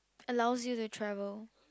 allows you to travel